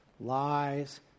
lies